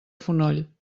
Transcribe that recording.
fonoll